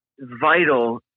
vital